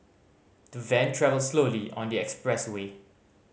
the van travelled slowly on the expressway